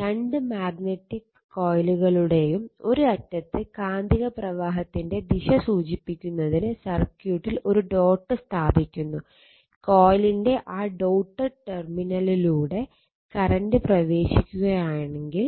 രണ്ട് മാഗ്നറ്റിക് കോയിലുകളുടെയും ഒരു അറ്റത്ത് കാന്തിക പ്രവാഹത്തിന്റെ ദിശ സൂചിപ്പിക്കുന്നതിന് സർക്യൂട്ടിൽ ഒരു ഡോട്ട് സ്ഥാപിക്കുന്നു കൊയിലിന്റെ ആ ഡോട്ടഡ് ടെര്മിനലിലൂടെ കറന്റ് പ്രവേശിക്കുകയാണെങ്കിൽ